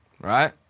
Right